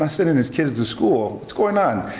um sending his kids to school. what's going on?